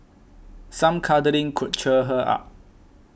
some cuddling could cheer her up